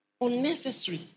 Unnecessary